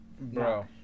bro